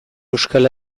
euskal